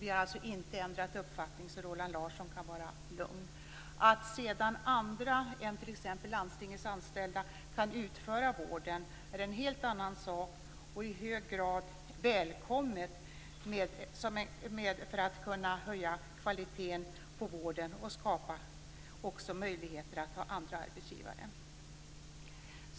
Vi har alltså inte ändrat uppfattning. Roland Larsson kan vara lugn. Att sedan andra än t.ex. landstingets anställda kan utföra vården, är en helt annan sak. Det är i hög grad välkommet för att vi skall kunna höja kvaliteten på vården och skapa möjligheter att ha andra arbetsgivare.